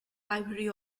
library